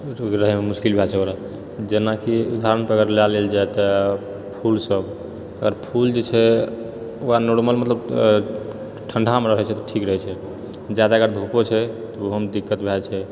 रहैमे मुश्किल भए जाइत छै ओकरा जेनाकि उदाहरण पर ले लेल जाइ तऽ फूल सभ अगर फूल जे छै ओ नॉर्मल मतलब ठण्डामे रहै छै तऽ ठीक रहै छै जादा अगर धूपो छै तऽ ओहोमे दिक्कत भए जाइत छै